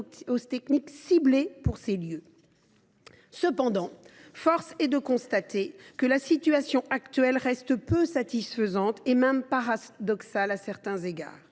ciblées pour ces lieux. Cependant, force est de constater que la situation actuelle reste peu satisfaisante, et même paradoxale à certains égards.